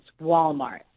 Walmart